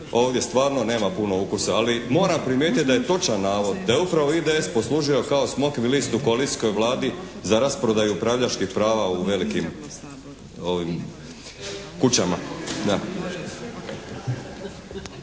ovdje stvarno nema puno ukusa, ali moram primijetiti da je točan navod da je upravo IDS poslužio kao smokvin list u koalicijskoj Vladi za rasprodaju upravljačkih prava u velikim kućama.